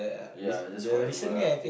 ya just forever ah